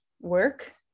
work